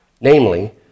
Namely